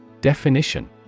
Definition